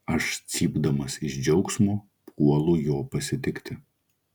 aš cypdamas iš džiaugsmo puolu jo pasitikti